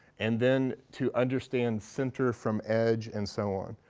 and then to understand center from edge and so on.